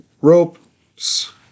ropes